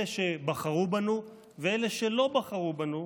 אלה שבחרו בנו ואלה שלא בחרו בנו,